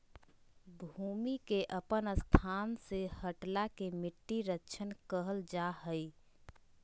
भूमि के अपन स्थान से हटला के मिट्टी क्षरण कहल जा हइ